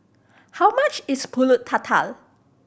how much is Pulut Tatal